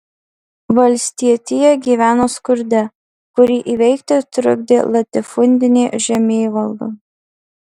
valstietija gyveno skurde kurį įveikti trukdė latifundinė žemėvalda